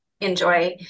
enjoy